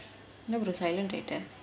என்ன:enna brother silent theatre